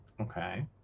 okay